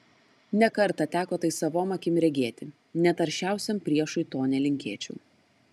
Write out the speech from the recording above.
ne kartą teko tai savom akim regėti net aršiausiam priešui to nelinkėčiau